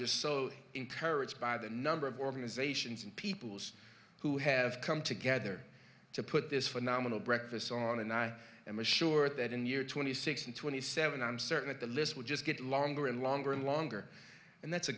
just so entire it's by the number of organizations and peoples who have come together to put this phenomenal breakfast on and i am assured that in year twenty six and twenty seven i'm certain that the list will just get longer and longer and longer and that's a